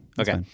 Okay